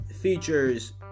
features